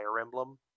Emblem